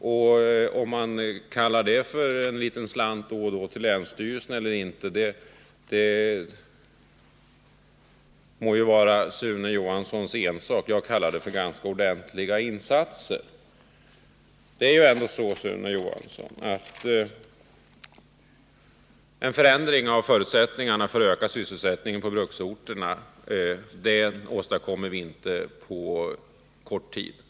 Om man kallar det för en liten slant då och då till länsstyrelsen må vara Sune Johanssons ensak. Jag kallar det för ganska ordentliga insatser. Det är ändå så, Sune Johansson, att en förändring av förutsättningarna för att öka sysselsättningen på bruksorterna åstadkommer vi inte på kort tid.